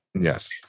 Yes